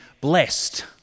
blessed